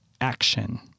action